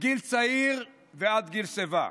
מגיל צעיר ועד גיל שיבה.